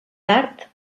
tard